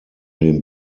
den